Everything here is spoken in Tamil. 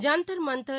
ஐந்தர் மந்தர்